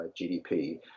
GDP